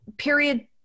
period